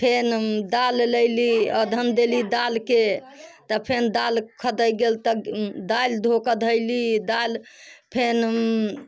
फेन दालि लेली अदहन देली दालके तऽ फेन दालि दालि खदकि गेल तऽ दालि धोके देली दालि फेन